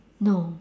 no